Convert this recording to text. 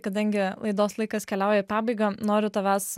kadangi laidos laikas keliauja į pabaigą noriu tavęs